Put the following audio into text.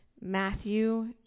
Matthew